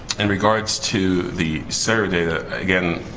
in regards to the seru data, again,